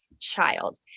child